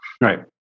Right